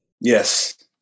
Yes